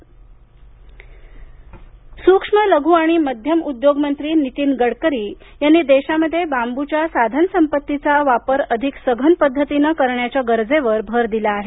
नीतीन गडकरी सूक्ष्म लघु आणि मध्यम उद्योग मंत्री नीतीन गडकरी यांनी देशामध्ये बांबूच्या साधनसंपत्तीचा वापर अधिक सघन पद्धतीनं करण्याच्या गरजेवर भर दिला आहे